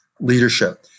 leadership